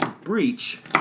Breach